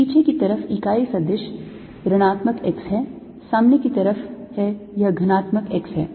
पीछे की तरफ इकाई सदिश ऋणात्मक x है सामने की तरफ है यह धनात्मक x है